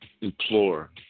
Implore